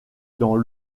dans